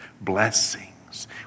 blessings